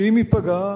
שאם ייפגע,